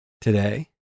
today